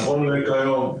נכון להיום,